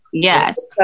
Yes